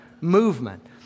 movement